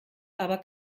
aber